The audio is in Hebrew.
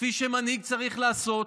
כפי שמנהיג צריך לעשות.